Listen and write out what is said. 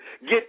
Get